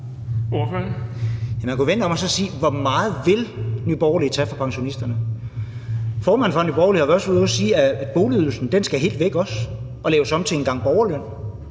spørge: Hvor meget vil Nye Borgerlige tage fra pensionisterne? Formanden for Nye Borgerlige har også været ude at sige, at boligydelsen skal helt væk og laves om til en gang borgerløn.